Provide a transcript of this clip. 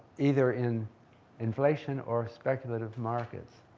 either in inflation or speculative markets.